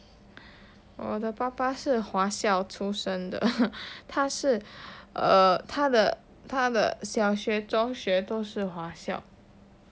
我的爸爸是华校出身的他是 err 他的小学中学都是华校